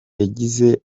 yagize